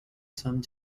some